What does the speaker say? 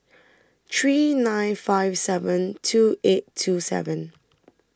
three nine five seven two eight two seven